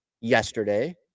yesterday